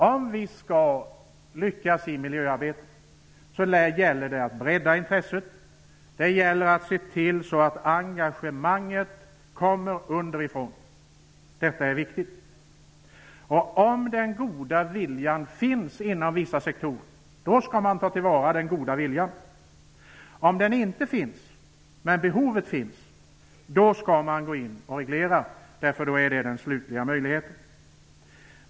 Om man skall lyckas i miljöarbetet gäller det att bredda intresset. Det gäller att se till att engagemanget kommer underifrån. Detta är viktigt. Om den goda viljan finns inom vissa sektorer, skall man ta till vara denna goda vilja. Om inte den men behovet finns, skall man reglera, eftersom det då är den slutliga möjligheten.